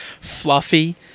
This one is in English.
fluffy